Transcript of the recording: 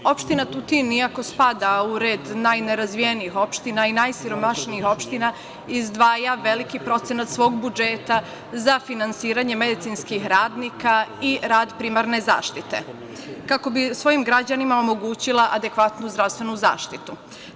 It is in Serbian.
Opština Tutin, iako spada u red najnerazvijenih opština i najsiromašnijih opština izdvaja veliki procenat svog budžeta za finansiranje medicinskih radnika i rad primarne zaštite kako bi svojim građanima omogućila adekvatnu zdravstvenu zaštitu.